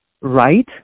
right